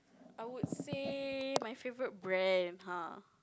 I would say my favourite brand !huh!